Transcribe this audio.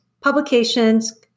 publications